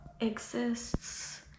exists